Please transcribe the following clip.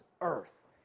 earth